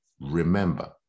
Remember